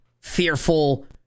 fearful